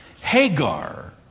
Hagar